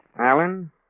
Alan